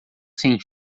sem